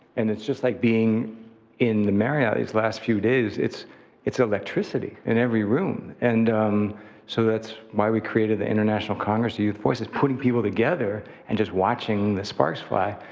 and it's just like being in the marriott these last few days. it's it's electricity in every room. and so that's why we created the international congress of youth voices, putting people together and just watching the sparks fly.